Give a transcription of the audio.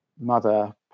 mother